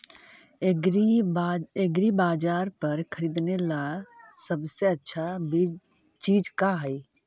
एग्रीबाजार पर खरीदने ला सबसे अच्छा चीज का हई?